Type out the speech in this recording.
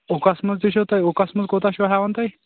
اوٚکَس منٛز تہِ چھِو تُہۍ اوٚکَس منٛز کوٗتاہ چھِو ہیٚوان تُہۍ